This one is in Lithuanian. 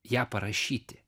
ją parašyti